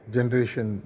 Generation